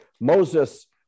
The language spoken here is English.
Moses